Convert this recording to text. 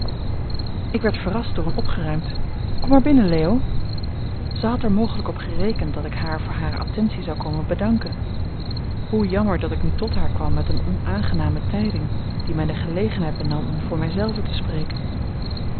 ik werd verrast door een opgeruimd kom maar binnen leo zij had er mogelijk op gerekend dat ik haar voor hare attentie zou komen bedanken hoe jammer dat ik nu tot haar kwam met eene onaangename tijding die mij de gelegenheid benam om voor mij zelven te spreken